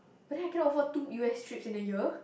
but then I cannot afford two U_S trips in a year